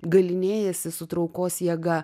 galynėjasi su traukos jėga